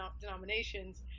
denominations